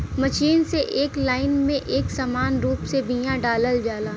machine से एक line में एक समान रूप से बिया डालल जाला